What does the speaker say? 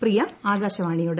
പ്രിയ ആകാശവാണിയോട്